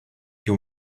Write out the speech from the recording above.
you